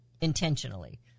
intentionally